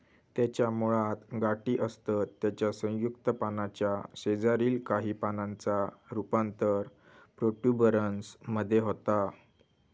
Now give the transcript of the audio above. त्याच्या मुळात गाठी असतत त्याच्या संयुक्त पानाच्या शेजारील काही पानांचा रूपांतर प्रोट्युबरन्स मध्ये होता